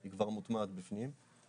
היא כבר מוטמעת בפנים.